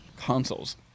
consoles